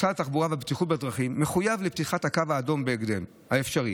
משרד התחבורה והבטיחות בדרכים מחויב לפתיחת הקו האדום בהקדם האפשרי,